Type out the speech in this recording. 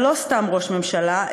ולא סתם ראש ממשלה,